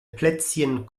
plätzchen